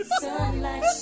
Sunlight